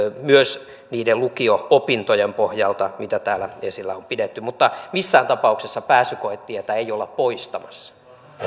myös niiden lukio opintojen pohjalta mitä täällä esillä on pidetty mutta missään tapauksessa pääsykoetietä ei olla poistamassa